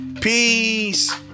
Peace